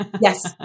yes